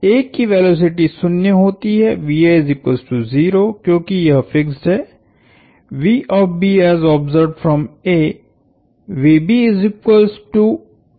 A की velocity 0 होती है क्योंकि यह फिक्स्ड है